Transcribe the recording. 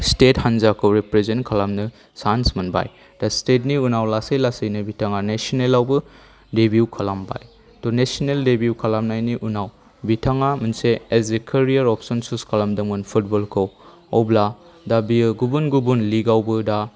state हानजाखौ represent खालामनो chance मोनबाय दा स्टेटनि उनाव लासै लासैनो बिथाङा नेसनेलावबो डेब्यु खालामबाय ड' नेसनेल डेब्यु खालामनायनि उनाव बिथाङा मोनसे as a career option choose खालामदोंमोन फुटबलखौ अब्ला दा बेयो गुबुन गुबुन लीगआवबो दा